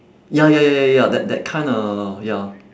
ya ya ya ya ya that that kinda ya